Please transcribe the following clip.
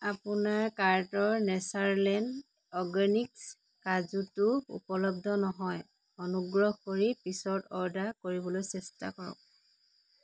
আপোনাৰ কাৰ্টৰ nature land organics কাজুটো উপলব্ধ নহয় অনুগ্ৰহ কৰি পিছত অৰ্ডাৰ কৰিবলৈ চেষ্টা কৰক